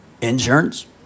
Insurance